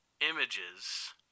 images